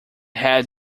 head